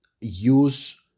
use